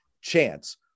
chance